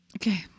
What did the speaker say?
okay